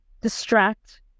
distract